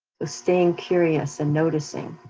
ah staying curious and noticing.